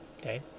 Okay